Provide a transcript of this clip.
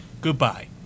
goodbye